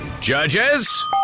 judges